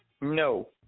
No